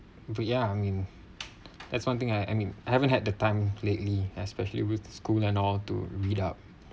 but ya I mean that's one thing I I mean I haven't had the time lately especially with the school and all to read up